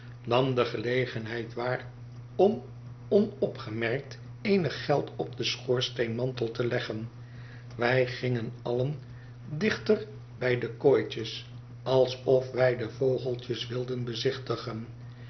nam de gelegenheid waar om onopgemerkt eenig geld op den schoorsteenmantel te leggen wij gingen allen dichter bij de kooitjes alsof wij de vogeltjes wilden bezichtigen